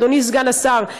אדוני סגן השר,